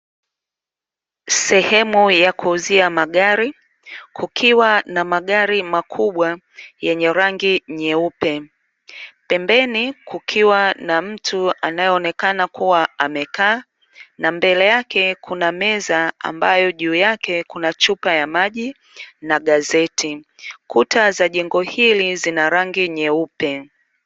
Sehemu ya kuuzia magari; kukiwa na magari makubwa yenye rangi nyeupe. Pembeni kukiwa na mtu anayeonekana kuwa amekaa, na mbele yake kuna meza ambayo juu yake kuna chupa ya maji na gazeti. Kuta za jengo hili zina rangi neyupe.